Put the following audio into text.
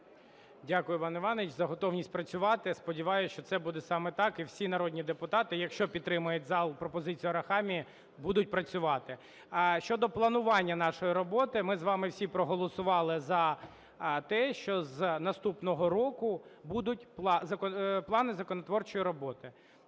Дякую, Іван Іванович, за готовність працювати. Сподіваюся, що це буде саме так, і всі народні депутати, якщо підтримає зал пропозицію Арахамії, будуть працювати. Щодо планування нашої роботи. Ми з вами всі проголосували за те, що з наступного року будуть плани законотворчої роботи.